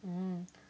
mm